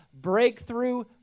breakthrough